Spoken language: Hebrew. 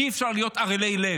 אי-אפשר להיות ערלי לב,